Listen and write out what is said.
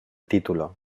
título